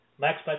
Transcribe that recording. Max